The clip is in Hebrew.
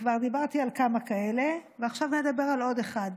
כבר דיברתי על כמה כאלה, ועכשיו נדבר על עוד אחד,